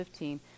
2015